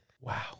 Wow